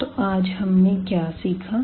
तो आज हमने क्या सीखा